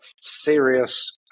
serious